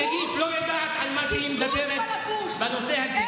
סוף-סוף עורכת דין פלילית לא יודעת על מה היא מדברת בנושא הזה.